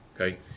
Okay